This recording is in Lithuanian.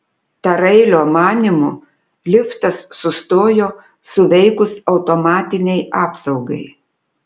tarailio manymu liftas sustojo suveikus automatinei apsaugai